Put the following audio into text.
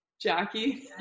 Jackie